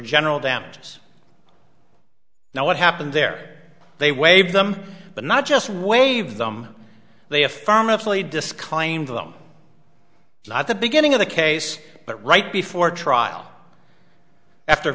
general damages now what happened there they waive them but not just wave them they affirmatively disclaimed them not the beginning of the case but right before trial after